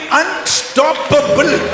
unstoppable